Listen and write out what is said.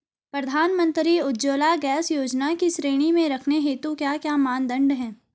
प्रधानमंत्री उज्जवला गैस योजना की श्रेणी में रखने हेतु क्या क्या मानदंड है?